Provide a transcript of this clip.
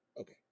Okay